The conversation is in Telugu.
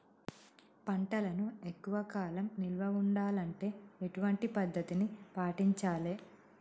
పంటలను ఎక్కువ కాలం నిల్వ ఉండాలంటే ఎటువంటి పద్ధతిని పాటించాలే?